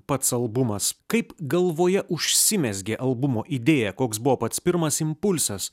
pats albumas kaip galvoje užsimezgė albumo idėja koks buvo pats pirmas impulsas